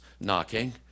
knocking